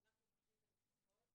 במיוחד בילדים,